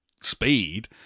speed